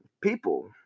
people